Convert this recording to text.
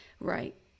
Right